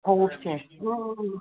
ꯈꯣꯡꯎꯞꯁꯦ ꯑꯥ ꯑꯥ ꯑꯥ